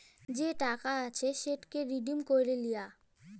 যে টাকা আছে সেটকে রিডিম ক্যইরে লিয়া